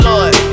Lord